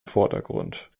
vordergrund